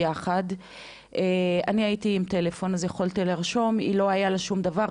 לי היה טלפון אז יכולתי לרשום אבל לה לא היה שום דבר.